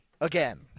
again